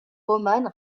roman